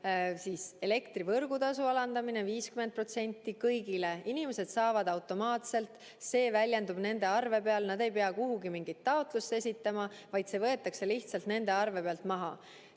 näiteks elektri võrgutasu alandamine 50% kõigile. Inimesed saavad selle automaatselt, see väljendub nende arve peal, nad ei pea kuhugi mingit taotlust esitama, vaid see võetakse lihtsalt nende arve pealt maha.